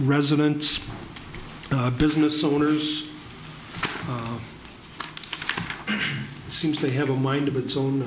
residents business owners it seems they have a mind of its own